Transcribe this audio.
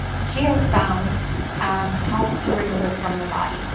she has found um helps to remove it from the body.